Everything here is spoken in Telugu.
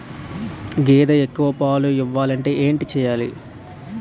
గేదె ఎక్కువ పాలు ఇవ్వాలంటే ఏంటి చెయాలి?